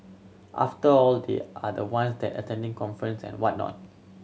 after all they are the ones that attending conference and whatnot